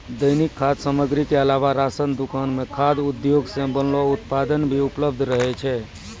दैनिक खाद्य सामग्री क अलावा राशन दुकान म खाद्य उद्योग सें बनलो उत्पाद भी उपलब्ध रहै छै